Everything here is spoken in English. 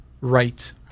Right